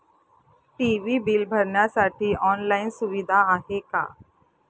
TV bill भरण्यासाठी online सुविधा आहे का?